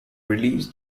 release